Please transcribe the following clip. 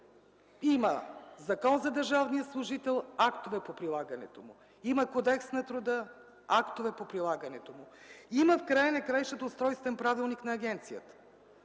Има Закон за държавния служител и актове по прилагането му; има Кодекс на труда и актове по прилагането му; има Устройствен правилник на агенцията